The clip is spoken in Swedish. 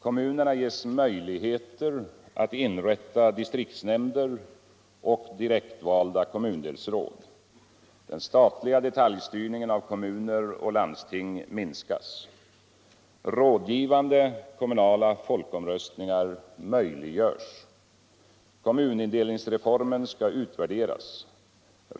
Kommunerna ges möjligheter att inrätta distriktsnämnder och direktvalda kommundelsråd. Den statliga detaljstyrningen av kommuner och landsting minskas. Rådgivande kommunala folkomröstningar möjliggöres. Kommunindelningsreformen skall utvärderas.